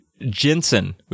Jensen